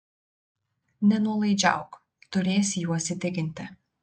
nenuolaidžiauk turėsi juos įtikinti